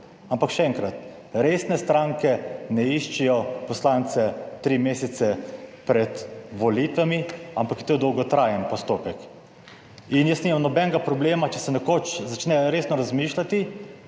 (Nadaljevanje) resne stranke ne iščejo poslance tri mesece pred volitvami, ampak je to dolgotrajen postopek. In jaz nimam nobenega problema, če se nekoč začne resno razmišljati